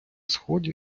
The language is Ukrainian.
сході